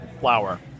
flour